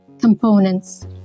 components